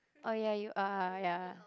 oh ya you are ya